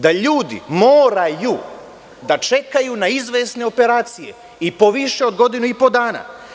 Da ljudi moraju da čekaju na izvesne operacije i po više od godinu i po dana.